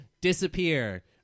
disappear